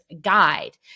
Guide